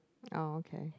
oh okay